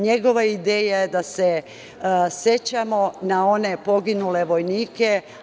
NJegova ideja je da se sećamo na one poginule vojnike.